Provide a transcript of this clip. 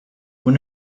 when